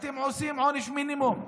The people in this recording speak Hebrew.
אתם עושים עונש מינימום.